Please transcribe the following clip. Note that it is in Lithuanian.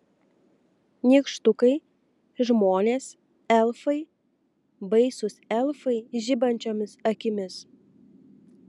nykštukai žmonės elfai baisūs elfai žibančiomis akimis